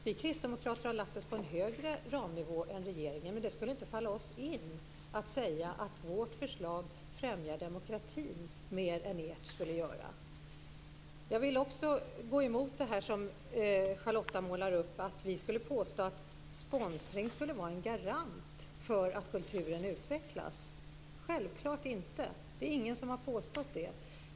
Vi kristdemokrater har lagt oss på en högre ramnivå än regeringen, men det skulle inte falla oss in att säga att vårt förslag främjar demokratin mer än vad ert skulle göra. Jag vill också gå emot det som Charlotta målar upp, att vi skulle påstå att sponsring skulle vara en garant för att kulturen utvecklas. Självklart inte. Det är ingen som har påstått det.